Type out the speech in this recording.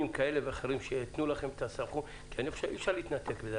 כאלה ואחרים שייתנו לכם סמכות אי-אפשר להתנתק מזה,